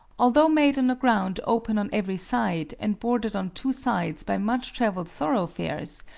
although made on a ground open on every side, and bordered on two sides by much-traveled thoroughfares,